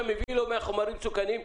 אתה מביא לו מחומרים מסוכנים.